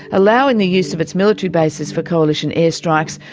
allowing the use of its military bases for coalition airstrikes,